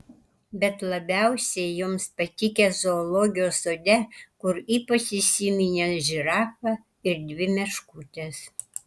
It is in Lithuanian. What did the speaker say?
bet labiausiai joms patikę zoologijos sode kur ypač įsiminė žirafa ir dvi meškutės